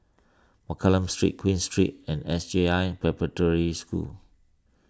Mccallum Street Queen Street and S J I Preparatory School